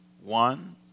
One